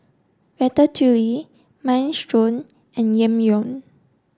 Ratatouille Minestrone and Ramyeon